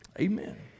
Amen